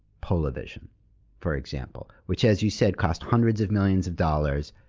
polavision for example, which as you said, cost hundreds of millions of dollars,